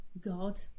god